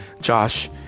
Josh